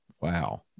wow